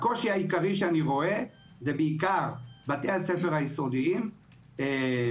הקושי העיקרי שאני רואה הוא בעיקר בתי הספר היסודיים בשנת